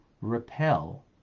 repel